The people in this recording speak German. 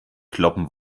kloppen